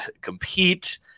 compete